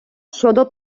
щодо